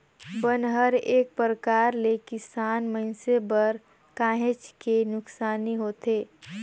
बन हर एक परकार ले किसान मइनसे बर काहेच के नुकसानी होथे